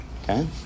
Okay